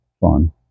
fun